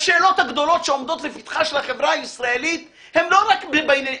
השאלות הגדולות שעומדות לפתחה של החברה הישראלית הן לא רק בעניין.